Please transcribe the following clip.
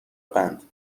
قند